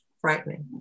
Frightening